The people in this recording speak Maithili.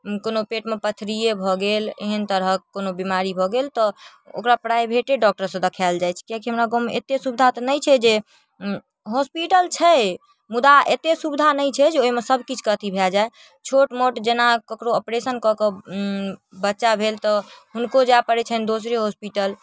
कोनो पेटमे पथरिये भऽ गेल एहन तरहक कोनो बीमारी भऽ गेल तऽ ओकरा प्राइवेटे डॉक्टरसँ देखायल जाइ छै किइक कि हमरा गाँवमे एते सुविधा तऽ नहि छै जे हॉस्पिटल छै मुदा एते सुविधा नहि छै जे ओइमे सबकिछुके अथी भए जाइ छोटमोट जेना ककरो ऑपरेशन कऽ कऽ बच्चा भेल तऽ हुनको जाइ पड़य छनि दोसरे हॉस्पिटल